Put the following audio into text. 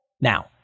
Now